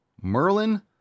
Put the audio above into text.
Merlin